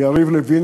ויריב לוין,